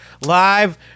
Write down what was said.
live